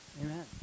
amen